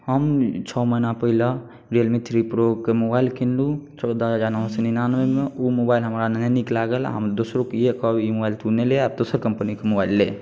हम छओ महिना पहिले रियलमी थ्री प्रोके मोबाइल किनलहुँ चौदह हजार नओ सओ निन्यानवेमे ओ मोबाइल हमरा नहि नीक लागल हम दोसरोके इएह कहब ई मोबाइल तू नहि ले तू आब दोसर कम्पनीके मोबाइल ले